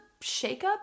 shakeup